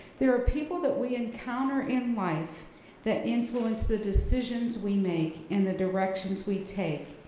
there are people that we encounter in life that influence the decisions we make and the directions we take,